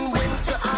winter